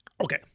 Okay